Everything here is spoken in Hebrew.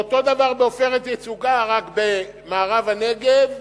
ואותו דבר ב"עופרת יצוקה", רק במערב הנגב,